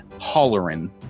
hollering